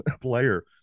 player